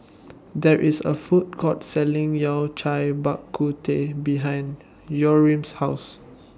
There IS A Food Court Selling Yao Cai Bak Kut Teh behind Yurem's House